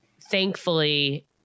thankfully